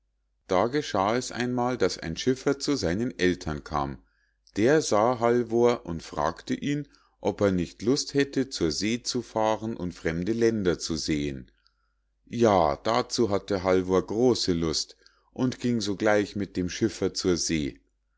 da geschah es einmal daß ein schiffer zu seinen ältern kam der sah halvor und fragte ihn ob er nicht lust hätte zur see zu fahren und fremde länder zu sehen ja dazu hatte halvor große lust und ging sogleich mit dem schiffer zur see